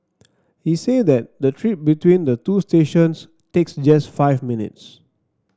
he said that the trip between the two stations takes just five minutes